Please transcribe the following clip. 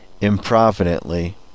improvidently